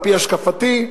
על-פי השקפתי,